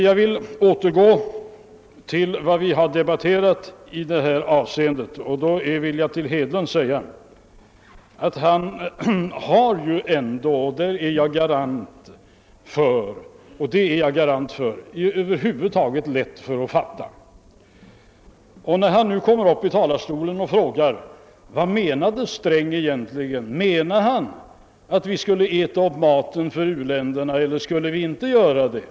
Jag vill återgå till vad vi har debatterat tidigare och vill till herr Hedlund säga, att han ju ändå har — det är jag garant för — över huvud taget lätt att fatta. Herr Hedlund har gått upp i denna talarstol och frågat: Vad menade herr Sträng egentligen? Menade han att vi skulle äta upp maten för u-länderna eller skulle vi inte göra det?